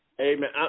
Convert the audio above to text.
amen